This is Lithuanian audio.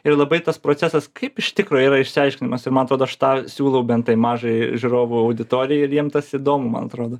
ir labai tas procesas kaip iš tikro yra išsiaiškinamas ir man atrodo aš tą siūlau bent tai mažai žiūrovų auditorijai ir jiem tas įdomu man atrodo